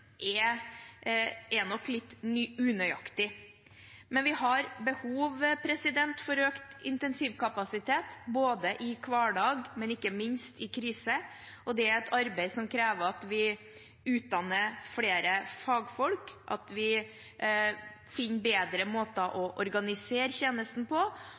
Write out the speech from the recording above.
er nok litt unøyaktig. Vi har behov for økt intensivkapasitet i hverdagen, men ikke minst i krise. Det er et arbeid som krever at vi utdanner flere fagfolk, at vi finner bedre måter å organisere tjenesten på,